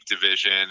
division